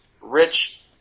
Rich